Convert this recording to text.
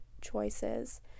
choices